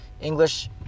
english